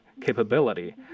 capability